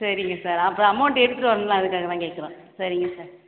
சரிங்க சார் அப்புறம் அமௌண்ட்டு எடுத்துட்டு வரணும்ல அதுக்காகதான் கேக்கிறோம் சரிங்க சார்